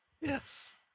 Yes